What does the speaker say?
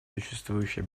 существующие